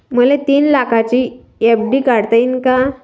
मले तीन लाखाची एफ.डी काढता येईन का?